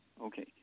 Okay